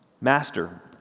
Master